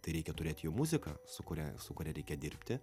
tai reikia turėt jau muziką su kuria su kuria reikia dirbti